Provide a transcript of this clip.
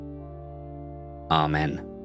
Amen